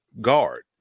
guard